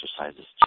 exercises